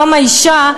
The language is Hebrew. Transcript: יום האישה,